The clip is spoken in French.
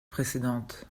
précédentes